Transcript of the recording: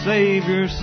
Savior